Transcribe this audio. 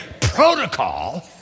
protocol